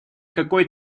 какой